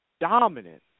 dominant